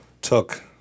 took